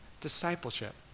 Discipleship